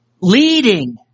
Leading